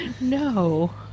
No